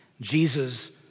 Jesus